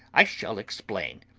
i shall explain.